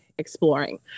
exploring